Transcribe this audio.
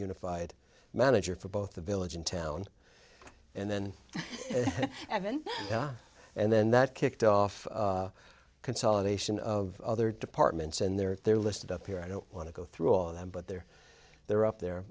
unified manager for both the village and town and then and then and then that kicked off consolidation of other departments in there they're listed up here i don't want to go through all of them but they're there up